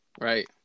Right